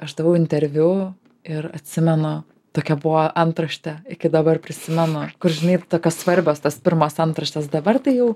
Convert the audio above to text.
aš daviau interviu ir atsimenu tokia buvo antraštė iki dabar prisimenu kur žinai tokios svarbios tos pirmos antraštes dabar tai jau